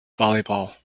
volleyball